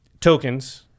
tokens